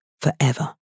forever